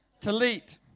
talit